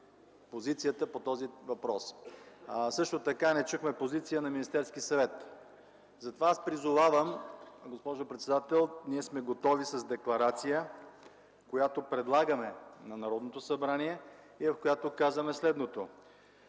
позицията по този въпрос. Също така не чухме позиция на Министерския съвет. Затова аз призовавам, госпожо председател, ние сме готови с декларация, която предлагаме на Народното събрание и в която казваме следното: